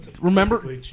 remember